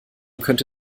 könnte